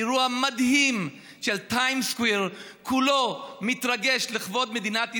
אירוע מדהים שבו ה-time square כולו מתרגש לכבוד מדינת ישראל.